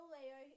Leo